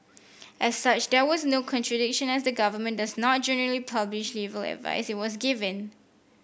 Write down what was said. as such there was no contradiction as the government does not generally publish legal advice it was given